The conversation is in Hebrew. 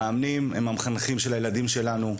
המאמנים הם המחנכים של הילדים שלנו.